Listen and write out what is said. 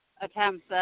attempts